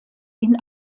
ihn